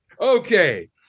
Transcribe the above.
Okay